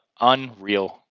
Unreal